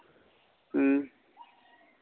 ᱦᱮᱸ